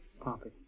Poppy